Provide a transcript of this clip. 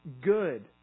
good